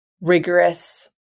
rigorous